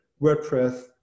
WordPress